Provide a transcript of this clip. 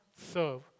serve